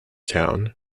town